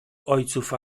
ojców